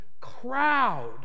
crowd